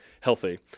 healthy